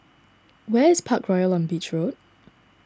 where is Parkroyal on Beach Road